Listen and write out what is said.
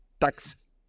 tax